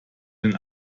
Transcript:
den